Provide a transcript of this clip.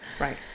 Right